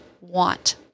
want